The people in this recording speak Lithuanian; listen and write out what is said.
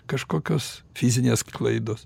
kažkokios fizinės klaidos